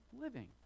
living